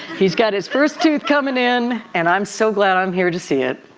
he's got his first tooth coming in and i'm so glad i'm here to see it.